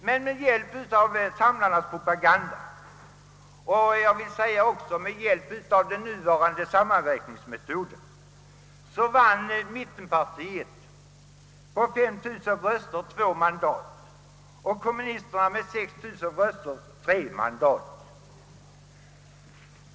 Men med hjälp av samlarnas propaganda — och jag vill säga även med hjälp av den nuvarande sammanräkningsmetoden — vann mittenpartiet med ca 5 000 röster två mandat och kommunisterna med ca 6 000 röster tre mandat.